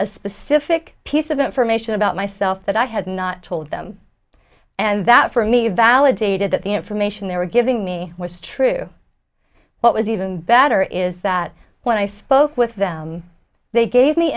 a specific piece of information about myself that i had not told them and that for me validated that the information they were giving me was true what was even better is that when i spoke with them they gave me